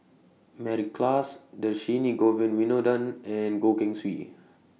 Mary Klass Dhershini Govin Winodan and Goh Keng Swee